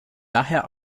daher